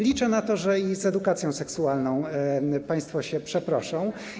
Liczę na to, że z edukacją seksualną państwo też się przeproszą.